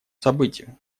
событию